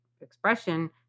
expression